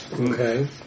Okay